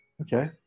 Okay